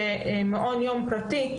שמעון יום פרטי,